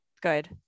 Good